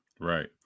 Right